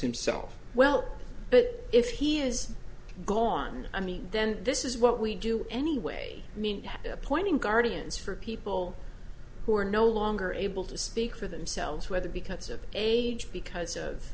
himself well but if he is gone i mean then this is what we do anyway i mean appointing guardians for people who are no longer able to speak for themselves whether because of age because of